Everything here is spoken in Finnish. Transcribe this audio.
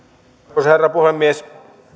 arvoisa herra puhemies